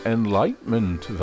Enlightenment